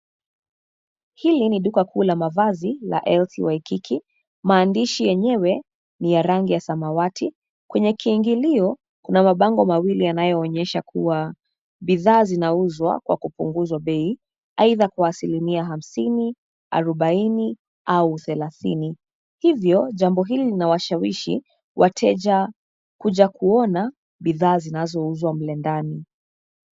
Hili ni duka kuu la mavazi la LC Waikiki maandishi yenyewe ni ya rangi ya samawati kwenye kiingilio kuna mabango mawili yanayo onyesha kuwa bidhaa zinauzwa kwa kunguzwa bei aidha kwa asilimia hamsini, arobainne au thelathini. Hivyo jambo hili linawashawishi wateja kuja kuona bidhaa zinazo uzwa mle ndani.